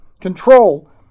control